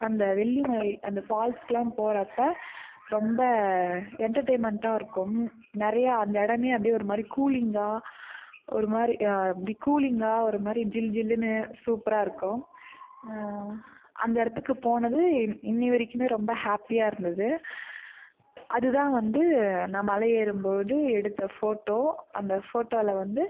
அந்த வெள்ளி மலை அந்த ஃபால்ஸ்க்கெலாம் போகிறப்ப ரொம்ப என்டர்டைன்மெண்ட்டாக இருக்கும் நிறையா அந்த இடமே அப்படியே ஒரு மாதிரி கூலிங்காக ஒரு மாதிரி அப்படி கூலிங்காக ஒரு மாதிரி ஜில் ஜில்லுன்னு சூப்பராக இருக்கும் அந்த இடத்துக்கு போனது இ இன்னி வரைக்குமே ரொம்ப ஹேப்பியாக இருந்தது அதுதான் வந்து நான் மலையேறும் போது எடுத்த ஃபோட்டோ அந்த ஃபோட்டோவில் வந்து